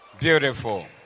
Beautiful